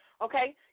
Okay